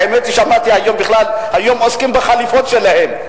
האמת היא, שמעתי, היום בכלל עוסקים בחליפות שלהם.